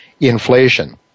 inflation